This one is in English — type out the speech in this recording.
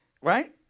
Right